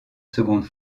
seconde